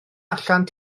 allan